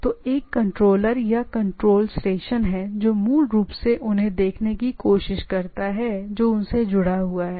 तो एक कंट्रोलर या कंट्रोल स्टेशन है जो मूल रूप से देखने की कोशिश करता है जो जुड़ा हुआ है